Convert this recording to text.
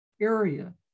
area